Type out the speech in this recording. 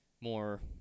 more